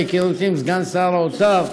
מהיכרותי עם סגן שר האוצר,